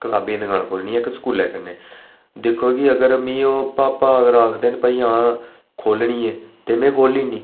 कताबें दी दकान खोल्लनी ऐ इक्क स्कूलै कन्नै दिक्खो कि अगर ओह् मिगी आक्खदे न कि आं खोह्ल्लनी ऐ ते में खोह्ली ओड़नी